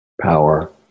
power